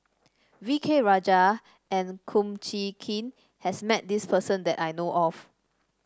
V K Rajah and Kum Chee Kin has met this person that I know of